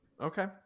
Okay